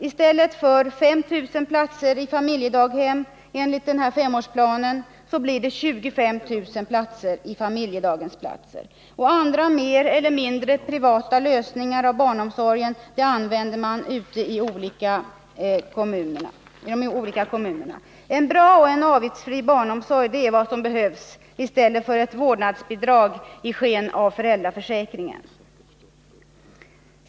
I stället för 5 000 platser i familjedaghem enligt femårsplanen blir det 25 000 familjedaghemsplatser. Också andra mer eller mindre privata lösningar av barnomsorgen används ute i de olika kommunerna. En bra och en avgiftsfri barnomsorg är vad som behövs, i stället för ett vårdnadsbidrag i sken av föräldraförsäkringen.